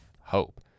hope